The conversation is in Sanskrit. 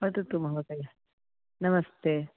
वदतु महोदय नमस्ते